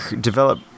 develop